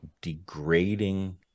degrading